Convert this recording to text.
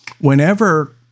Whenever